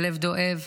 הלב דואב.